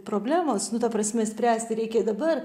problemos nu ta prasme spręsti reikia dabar